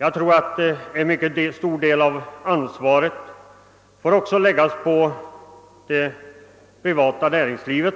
Jag tror att en mycket stor del av ansvaret får läggas på det privata näringslivet,